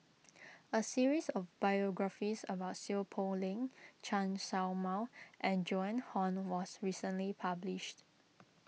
a series of biographies about Seow Poh Leng Chen Show Mao and Joan Hon was recently published